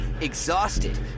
exhausted